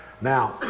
Now